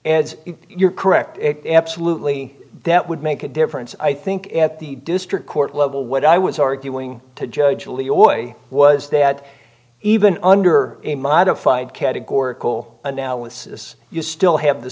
and you're correct absolutely that would make a difference i think at the district court level what i was arguing to judge alito ois was that even under a modified categorical analysis you still have the